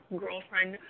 girlfriend